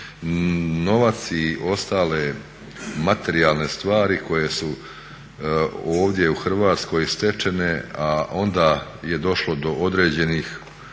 novac i ostale materijalne stvari koje su ovdje u Hrvatskoj stečene, a onda je došlo do određenih